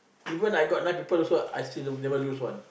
even I got nine people also I still never lose one